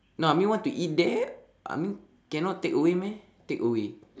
no I mean want to eat there I mean cannot takeaway meh takeaway